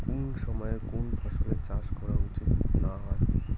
কুন সময়ে কুন ফসলের চাষ করা উচিৎ না হয়?